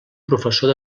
professor